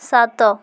ସାତ